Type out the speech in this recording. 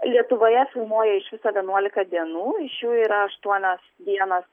lietuvoje filmuoja iš viso vienuolika dienų iš jų yra aštuonios dienos